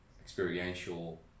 experiential